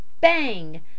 bang